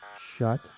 Shut